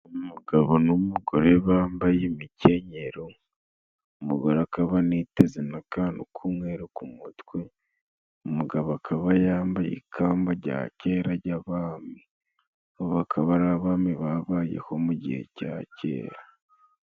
Umugabo n'umugore bambaye imikenyero, umugore akaba aniteze n'akantu k'umwero ku mutwe, umugabo akaba yambaye ikamba rya kera ry'abami, bakaba ari abami babayeho mu gihe cya kera.